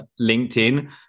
LinkedIn